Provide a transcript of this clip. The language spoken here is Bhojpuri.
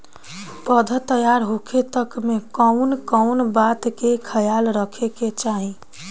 पौधा तैयार होखे तक मे कउन कउन बात के ख्याल रखे के चाही?